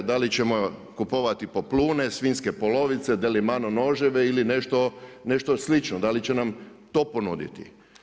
Da li ćemo kupovati poplune, svinjske polovice, Delimano noževe ili nešto slično, da li će nam to ponuditi?